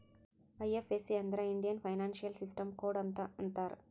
IFSC ಅಂದುರ್ Indian financial system code ಅಂತ್ ಅಂತಾರ್